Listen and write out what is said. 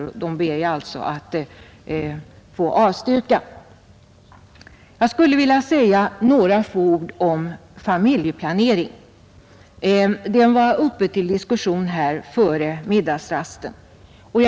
Jag ber alltså att få avstyrka dem. Sedan skulle jag också vilja säga några få ord om familjeplaneringen. Den var uppe till diskussion här före middagsrasten.